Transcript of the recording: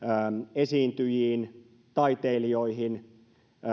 esiintyjiin taiteilijoihin